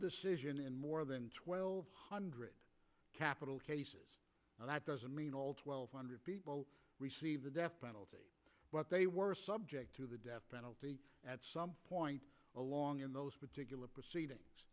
decision in more than twelve hundred capital cases and that doesn't mean all twelve hundred people receive the death penalty but they were subject to the death penalty at some point along in those particular proceedings